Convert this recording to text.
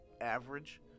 average